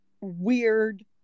weird